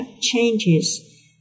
changes